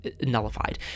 nullified